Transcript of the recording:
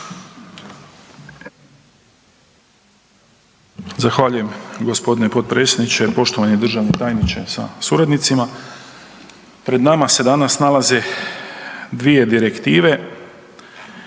Zahvaljujem g. potpredsjedniče, poštovani državni tajniče sa suradnicima. Pred nama se danas nalaze dvije direktive.